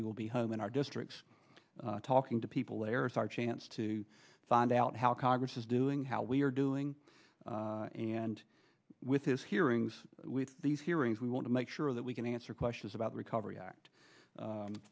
we will be home in our districts talking to people there is our chance to find out how congress is doing how we are doing and with his hearings these hearings we want to make sure that we can answer questions about recovery act